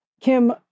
Kim